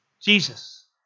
Jesus